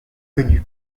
connue